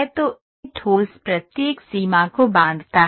तो ठोस प्रत्येक सीमा को बांधता है